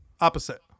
Opposite